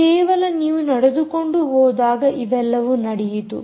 ಕೇವಲ ನೀವು ನಡೆದುಕೊಂಡು ಹೋದಾಗ ಇವೆಲ್ಲವೂ ನಡೆಯಿತು